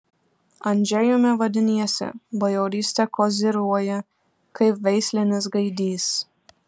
andžejumi vadiniesi bajoryste koziriuoji kaip veislinis gaidys